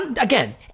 Again